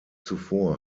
zuvor